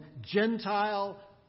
Gentile